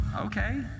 okay